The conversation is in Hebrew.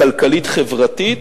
הכלכלית-חברתית,